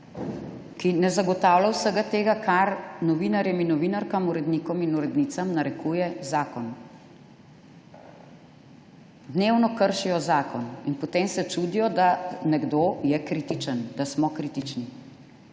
ki ne zagotavlja vsega tega, kar novinarjem in novinarkam, urednikom in urednicam narekuje zakon. Dnevno kršijo zakon in potem se čudijo, da je nekdo kritičen, da smo kritični,